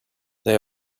they